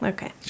Okay